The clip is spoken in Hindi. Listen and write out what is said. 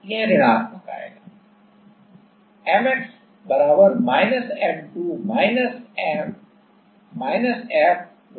तो यह ऋणात्मक आएगा Mx M2 F L x